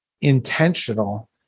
intentional